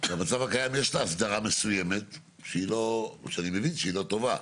במצב הקיים יש הסדרה מסוימת שאני מבין שהיא לא טובה,